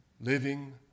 living